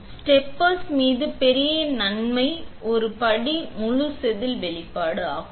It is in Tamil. ஸ்டெப்ப்பர்ஸ் மீது பெரிய நன்மை ஒரு படி முழு செதில் வெளிப்பாடு ஆகும்